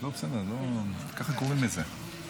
נמצאים בשבי